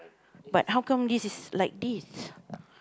but how come this is like this